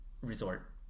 resort